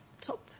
top